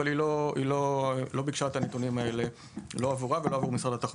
אבל היא לא ביקשה את הנתונים האלה לא עבורה ולא עבור משרד התחבורה.